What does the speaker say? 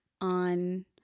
on